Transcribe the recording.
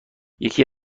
یکی